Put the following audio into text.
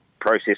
process